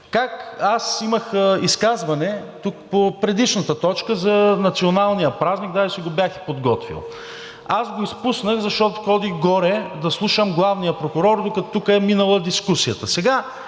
– аз имах изказване тук по предишната точка за националния празник, даже си го бях подготвил. Изпуснах го, защото ходих горе да слушам главния прокурор, докато тук е минала дискусията.